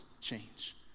change